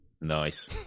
Nice